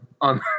on